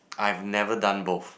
I've never done both